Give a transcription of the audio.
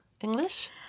English